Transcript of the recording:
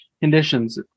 conditions